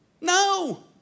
No